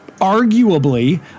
arguably